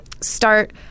start